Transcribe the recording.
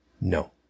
No